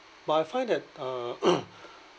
but I find that uh